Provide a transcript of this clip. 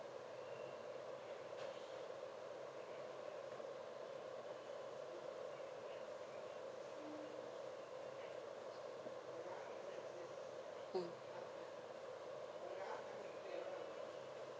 mm